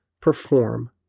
perform